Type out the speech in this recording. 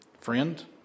Friend